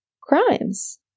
crimes